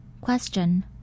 Question